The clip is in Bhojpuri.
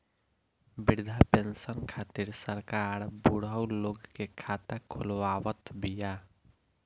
वृद्धा पेंसन खातिर सरकार बुढ़उ लोग के खाता खोलवावत बिया